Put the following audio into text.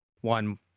one